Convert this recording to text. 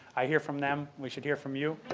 i hear from them. we should hear from you.